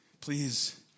Please